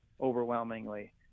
overwhelmingly